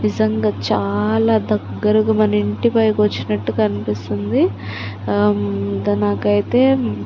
నిజంగా చాలా దగ్గరగా మన ఇంటి పైకి వచ్చినట్టుగా కనిపిస్తుంది నాకైతే